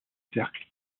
cercle